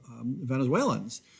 Venezuelans